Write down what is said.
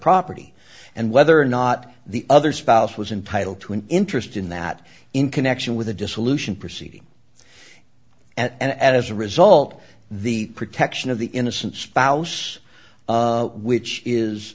property and whether or not the other spouse was entitle to an interest in that in connection with the dissolution proceeding and as a result the protection of the innocent spouse which is